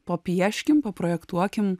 papieškim paprojektuokim